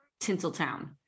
Tinseltown